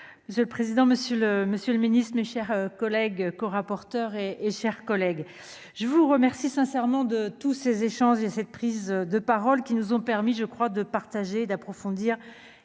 monsieur le monsieur le Ministre, mes chers collègues corapporteur et et chers collègues, je vous remercie sincèrement de tous ces échanges et cette prise de parole qui nous ont permis, je crois, de partager, d'approfondir